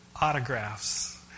autographs